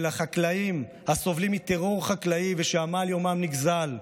החקלאים הסובלים מטרור חקלאי ושעמל יומם נגזל,